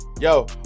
Yo